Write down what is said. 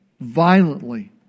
violently